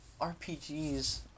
RPGs